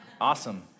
Awesome